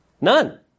None